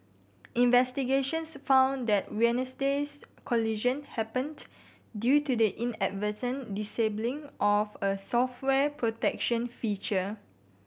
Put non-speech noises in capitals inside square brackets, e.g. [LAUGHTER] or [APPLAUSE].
investigations found that [UNINTELLIGIBLE] collision happened due to the inadvertent disabling of a software protection feature